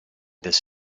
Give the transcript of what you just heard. this